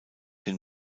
den